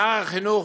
שר החינוך,